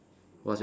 what's yours